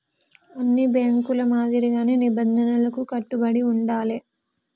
అన్ని బ్యేంకుల మాదిరిగానే నిబంధనలకు కట్టుబడి ఉండాలే